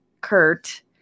Kurt